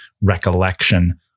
recollection